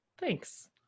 thanks